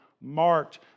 marked